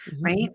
Right